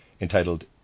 entitled